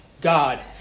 God